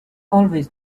always